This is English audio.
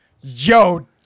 yo